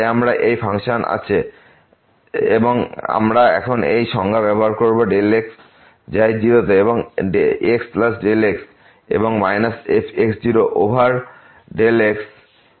তাই আমরা এই ফাংশন আছে এবং আমরা এখন এই সংজ্ঞা ব্যবহার করবো x যায় 0 তে এবং x0x এবং মাইনাস fওভার x